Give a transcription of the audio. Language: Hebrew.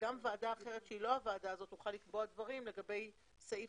שגם ועדה אחרת שהיא לא הועדה הזאת תוכל לקבוע דברים לגבי סעיף